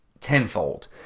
tenfold